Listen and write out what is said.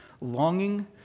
longing